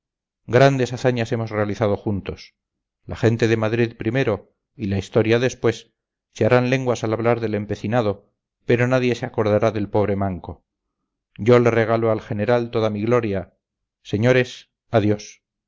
grandes hazañas hemos realizado juntos la gente de madrid primero y la historia después se harán lenguas al hablar del empecinado pero nadie se acordará del pobre manco yo le regalo al general toda mi gloria señores adiós